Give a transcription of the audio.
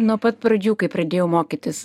nuo pat pradžių kai pradėjau mokytis